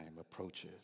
approaches